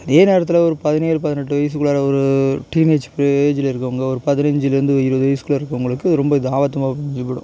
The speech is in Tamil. அதே நேரத்தில் ஒரு பதினேலு பதினெட்டு வயசுக்குள்ளார ஒரு டீனேஜ்க்கு ஏஜில் இருக்கவங்க ஒரு பதினஞ்சிலேருந்து இருபது வயசுக்குள்ளார இருக்கவங்களுக்கு ரொம்ப இது ஆபத்துமாக முடிஞ்சு பூடும்